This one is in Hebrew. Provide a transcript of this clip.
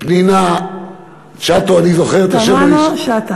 פנינה שטו, אני זוכר את השם, פנינה תמנו-שטה.